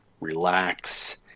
relax